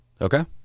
Okay